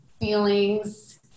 feelings